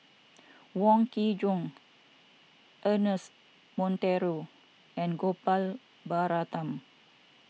Wong Kin Jong Ernest Monteiro and Gopal Baratham